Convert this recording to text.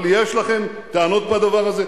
אבל יש לכם טענות בדבר הזה?